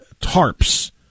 tarps